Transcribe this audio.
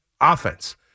offense